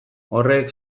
horrek